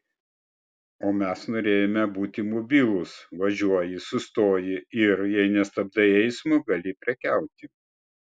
o mes norėjome būti mobilūs važiuoji sustoji ir jei nestabdai eismo gali prekiauti